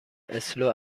اسلو